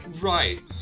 Right